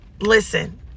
listen